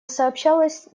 сообщалось